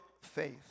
faith